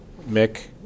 Mick